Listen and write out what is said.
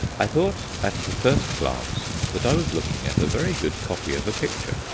i thought at the first glance that i was looking at a very good copy of a picture.